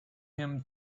him